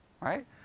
Right